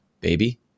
baby